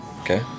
Okay